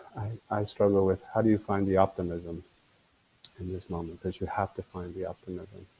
i struggle with, how do you find the optimism in this moment, because you have to find the optimism.